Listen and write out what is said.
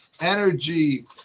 energy